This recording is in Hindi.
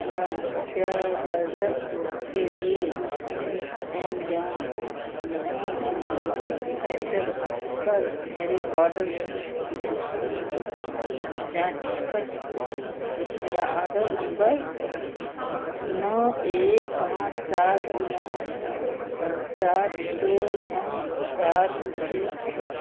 क्या आप कृपया ब्लेज़र के लिए एमेज़न एमरजॉन फ़ैशन पर मेरे ऑर्डर की इस्थिति की जाँच कर सकते हैं मेरा ऑर्डर नम्बर एक नौ एक पाँच सात नौ नौ सात दो नौ सात छह छह